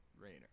Rayner